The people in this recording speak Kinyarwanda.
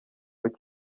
ikigo